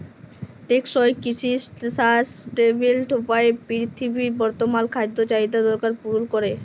টেকসই কিসি সাসট্যালেবেল উপায়ে পিরথিবীর বর্তমাল খাদ্য চাহিদার দরকার পুরল ক্যরে